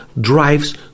drives